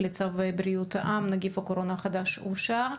תיקון מספר 33 לצו בריאות העם (נגיף הקורונה החדש) אושר.